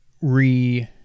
re